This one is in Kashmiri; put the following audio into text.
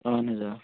اہن حظ آ